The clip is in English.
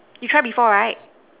you try before right